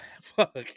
Fuck